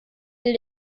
will